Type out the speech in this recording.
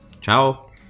Ciao